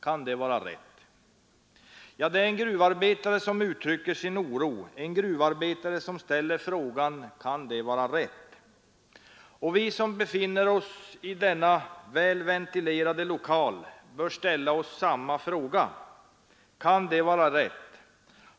Kan det vara rätt?” Det är en gruvarbetare som uttrycker sin oro, en gruvarbetare som ställer frågan: ”Kan det vara rätt?” Vi som befinner oss här, i denna väl ventilerade lokal bör ställa oss samma fråga: Kan det vara rätt?